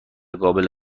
قابل